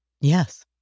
Yes